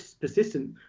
persistent